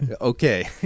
Okay